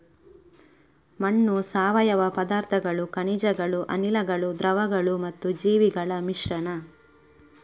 ಮಣ್ಣು ಸಾವಯವ ಪದಾರ್ಥಗಳು, ಖನಿಜಗಳು, ಅನಿಲಗಳು, ದ್ರವಗಳು ಮತ್ತು ಜೀವಿಗಳ ಮಿಶ್ರಣ